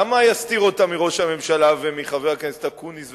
למה יסתיר אותה מראש הממשלה ומחבר הכנסת אקוניס,